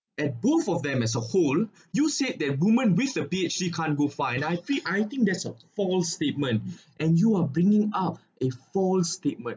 at both of them as a whole you said that woman which the P_H_D can't go find I fe~ I think that is a false statement and you are bringing up a false statement